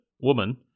woman